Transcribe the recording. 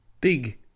big